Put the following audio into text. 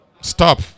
Stop